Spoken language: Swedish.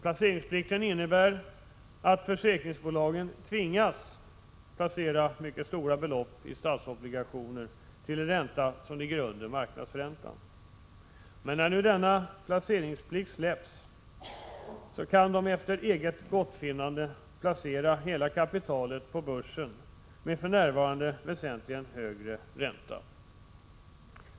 Placeringsplikten innebär att försäkrings bolagen ”tvingas” placera mycket stora beloppistatsobligationer till en ränta — Prot. 1986/87:48 som ligger under marknadsräntan. När nu denna placeringsplikt släpps kan — 12 december.1986 bolagen efter eget gottfinnande placera hela kapitalet på börsen med för = J==Cltoam se a närvarande väsentligt högre ränta.